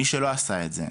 מי שלא עשה את זה,